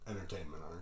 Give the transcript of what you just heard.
Entertainment